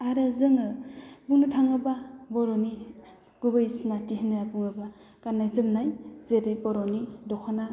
आरो जोङो बुंनो थाङोब्ला बर'नि गुबै सिनाथि होनना बुङोब्ला गाननाय जोमनाय जेरै बर'नि दख'ना